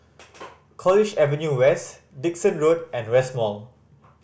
College Avenue West Dickson Road and West Mall